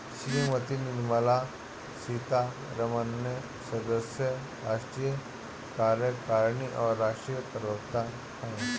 श्रीमती निर्मला सीतारमण सदस्य, राष्ट्रीय कार्यकारिणी और राष्ट्रीय प्रवक्ता हैं